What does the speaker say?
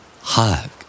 Hug